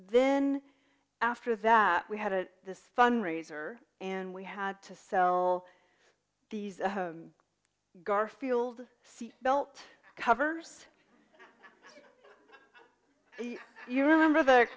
then after that we had a this fundraiser and we had to sell these garfield seat belt covers you remember the